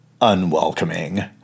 unwelcoming